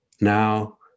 Now